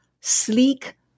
sleek